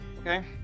Okay